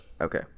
Okay